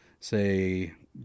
say